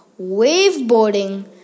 Waveboarding